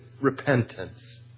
repentance